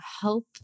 help